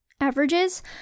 averages